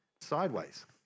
sideways